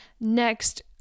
next